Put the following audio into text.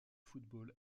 football